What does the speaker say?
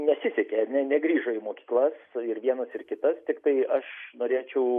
nesisekė ne negrįžo į mokyklas ir vienas ir kitas tiktai aš norėčiau